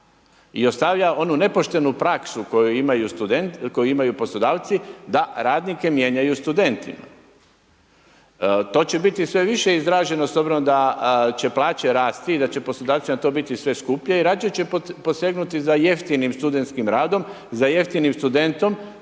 I ostavlja onu nepoštenu praksu koju imaju poslodavci da radnike mijenjaju studentima. To će biti sve više izraženo s obzirom da će plaće rasti i da će poslodavcima to biti sve skuplje i radije će posegnuti za jeftinim studentskim radom, za jeftinim studentom